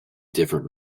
different